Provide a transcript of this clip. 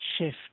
shift